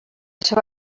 seva